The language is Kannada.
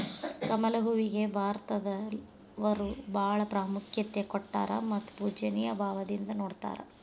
ಕಮಲ ಹೂವಿಗೆ ಭಾರತದವರು ಬಾಳ ಪ್ರಾಮುಖ್ಯತೆ ಕೊಟ್ಟಾರ ಮತ್ತ ಪೂಜ್ಯನಿಯ ಭಾವದಿಂದ ನೊಡತಾರ